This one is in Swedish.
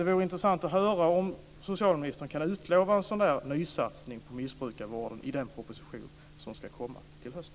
Det vore intressant att höra om socialministern kan utlova en nysatsning på missbrukarvården i den proposition som ska komma till hösten.